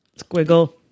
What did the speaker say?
Squiggle